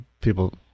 people